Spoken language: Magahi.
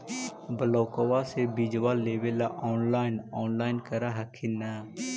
ब्लोक्बा से बिजबा लेबेले ऑनलाइन ऑनलाईन कर हखिन न?